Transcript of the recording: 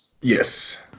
Yes